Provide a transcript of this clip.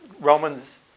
Romans